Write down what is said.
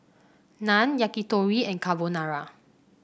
Naan Yakitori and Carbonara